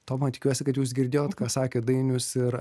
toma tikiuosi kad jūs girdėjot ką sakė dainius ir